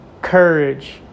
Courage